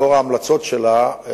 לאור ההמלצות שלה,